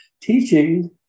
teaching